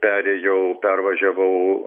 perėjau pervažiavau